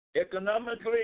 economically